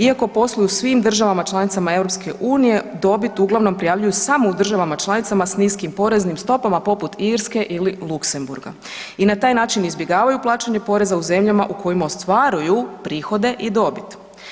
Iako posluju u svim državama članicama EU, dobit uglavnom prijavljuju samo u državama članicama s niskim poreznim stopama poput Irske ili Luksemburga i na taj način izbjegavaju plaćanje poreza u zemljama u kojima ostvaruju prihode i dobit.